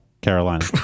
Carolina